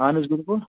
اہن حظ بِلکُل